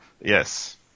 Yes